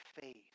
faith